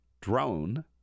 drone